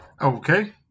Okay